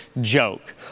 joke